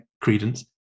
credence